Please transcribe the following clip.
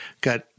got